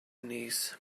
knees